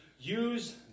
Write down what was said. use